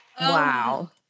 wow